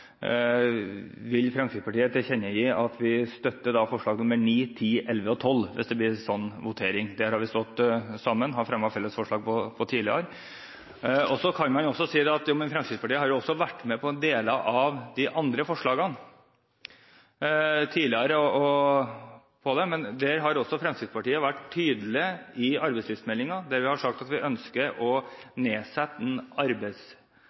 vil Fremskrittspartiet tilkjennegi at vi støtter forslagene nr. 9, 10, 11 og 12 – hvis det blir en slik votering. Vi har stått sammen og fremmet felles forslag om dette tidligere. Man kan også si at Fremskrittspartiet tidligere har vært med på deler av de andre forslagene. Men Fremskrittspartiet har vært tydelig når det gjelder arbeidslivsmeldingen. Vi har sagt at vi ønsker